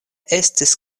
estis